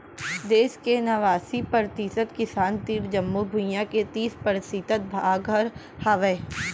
देस के नवासी परतिसत किसान तीर जमो भुइयां के तीस परतिसत भाग हर हावय